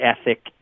ethic